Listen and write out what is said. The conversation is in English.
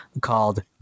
called